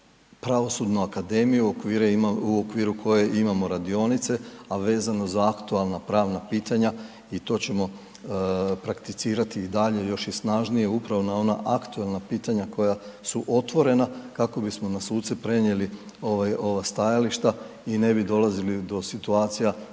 pravosudnu akademiju u okviru kojeg imamo radionice a vezano za aktualna pravna pitanja i to ćemo prakticirati i dalje još i snažnije, upravo na ona aktualna pitanja koja su otvorena, kako bismo na suce prenijeli ova stajališta i ne bi dolazili do situacija,